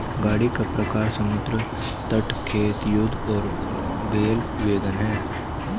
गाड़ी का प्रकार समुद्र तट, खेत, युद्ध और बैल वैगन है